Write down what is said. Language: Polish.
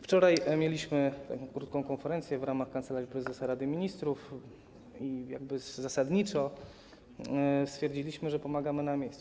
Wczoraj mieliśmy krótką konferencję w ramach Kancelarii Prezesa Rady Ministrów i zasadniczo stwierdziliśmy, że pomagamy na miejscu.